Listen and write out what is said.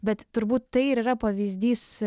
bet turbūt tai ir yra pavyzdys